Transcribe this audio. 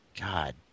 God